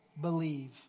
believe